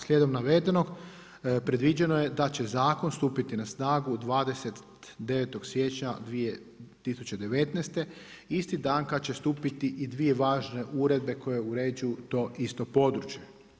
Slijedom navedenog predviđeno je da će zakon stupiti na snagu 29. siječnja 2019. isti dan kada će stupiti i dvije važne uredbe koje uređuju to isto područje.